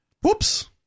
whoops